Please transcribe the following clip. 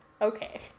Okay